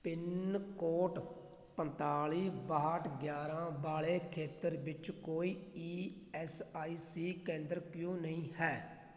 pin code ਪੰਤਾਲੀ ਬਾਹਠ ਗਿਆਰ੍ਹਾਂ ਵਾਲੇ ਖੇਤਰ ਵਿੱਚ ਕੋਈ ਈ ਐੱਸ ਆਈ ਸੀ ਕੇਂਦਰ ਕਿਉਂ ਨਹੀਂ ਹੈ